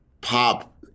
pop